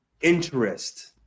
interest